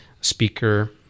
speaker